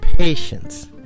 patience